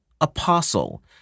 apostle